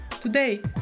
Today